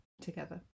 together